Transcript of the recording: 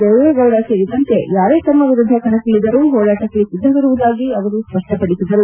ದೇವೇಗೌಡ ಸೇರಿದಂತೆ ಯಾರೇ ತಮ್ನ ವಿರುದ್ದ ಕಣಕ್ಕಿಳದರೂ ಹೋರಾಟಕ್ಕೆ ಸಿದ್ದವಿರುವುದಾಗಿ ಅವರು ಸ್ಪಷ್ನಪಡಿಸಿದರು